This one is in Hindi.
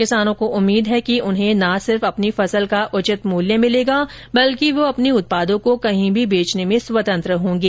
किसानों को उम्मीद है कि उन्हें ना सिर्फ अपनी फसल का उचित मूल्य मिलेगा बल्कि यो अपने उत्पादों को कहीं भी बेचने में स्वतंत्र होंगे